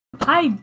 hi